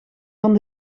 van